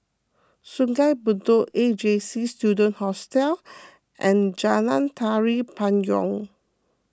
Sungei Bedok A J C Student Hostel and Jalan Tari Payong